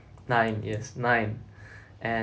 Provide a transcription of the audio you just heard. nine yes nine and